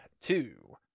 two